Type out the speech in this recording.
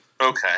Okay